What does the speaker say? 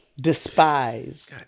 despise